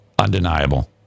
undeniable